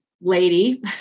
lady